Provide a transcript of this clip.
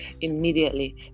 immediately